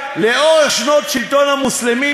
לאורך שנות שלטון המוסלמים,